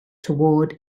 toward